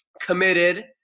committed